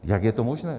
Jak je to možné?